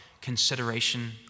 consideration